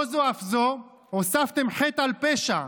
לא זו אף זו, הוספתם חטא על פשע,